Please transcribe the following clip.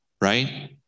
right